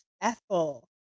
Ethel